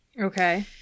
Okay